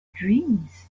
dreams